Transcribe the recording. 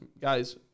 guys